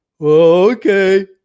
okay